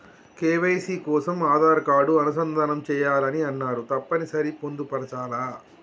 KYC కోసం Aadhaar card అనుసంధానం చేయాలని అన్నరు తప్పని సరి పొందుపరచాలా?